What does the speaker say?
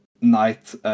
night